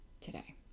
today